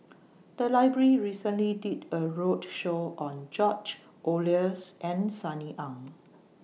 The Library recently did A roadshow on George Oehlers and Sunny Ang